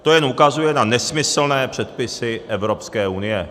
To jen ukazuje na nesmyslné předpisy Evropské unie.